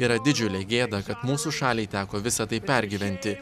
yra didžiulė gėda kad mūsų šaliai teko visa tai pergyventi